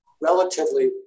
relatively